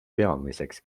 peamiseks